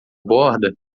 borda